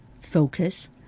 focus